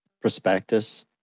prospectus